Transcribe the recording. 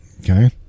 okay